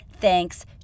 thanks